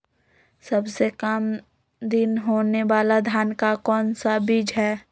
सबसे काम दिन होने वाला धान का कौन सा बीज हैँ?